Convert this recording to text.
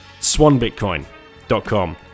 SwanBitcoin.com